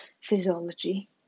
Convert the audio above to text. physiology